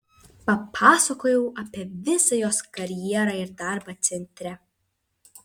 papasakojau apie visą jos karjerą ir darbą centre